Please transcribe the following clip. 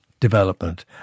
development